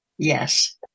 Yes